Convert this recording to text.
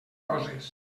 coses